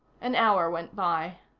an hour went by.